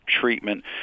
treatment